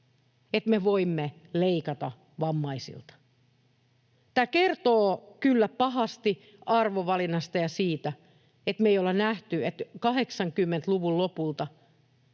että me voimme leikata vammaisilta. Tämä kertoo kyllä pahasti arvovalinnasta ja siitä, että me emme ole nähneet, että 80-luvun lopulta